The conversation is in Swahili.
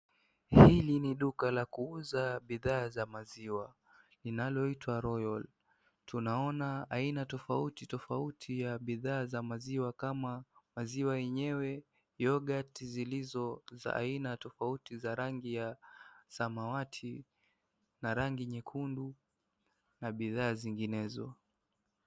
Hili ni duma la kuuza bidhaa za maziwa linaloitwa Royal. tunaona aina tofauti tofauti ya bidhaa za maziwa kama maziwa yenyewe,(cs) youghurt(cs) zilizo za aina tofauti za rangi ya samawati na rangi nyekundu na bidhaa zinginezo.